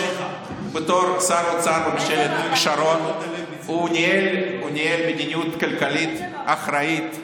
בתור שר אוצר בממשלת שרון הוא ניהל מדיניות כלכלית אחראית,